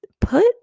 put